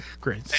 great